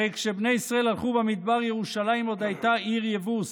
הרי כשבני ישראל הלכו במדבר ירושלים עוד הייתה עיר יבוס,